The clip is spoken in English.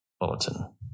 bulletin